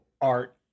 art